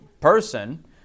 person